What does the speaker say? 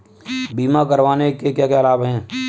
बीमा करवाने के क्या क्या लाभ हैं?